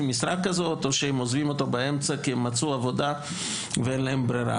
משרה או הם עוזבים אותו באמצע כי מצאו עבודה ואין להם ברירה.